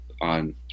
on